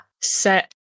set